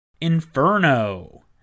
Inferno